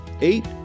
Eight